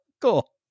Cool